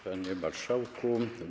Panie Marszałku!